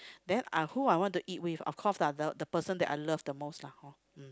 then I who I want to eat with of course lah the the person that I love the most lah hor mm